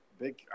big